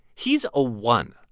he's a one,